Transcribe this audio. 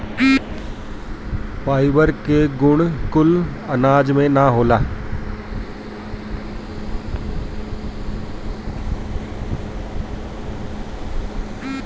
fibre के गुण कुल अनाज में ना होला